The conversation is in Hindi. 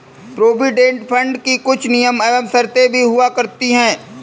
प्रोविडेंट फंड की कुछ नियम एवं शर्तें भी हुआ करती हैं